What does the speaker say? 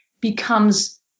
becomes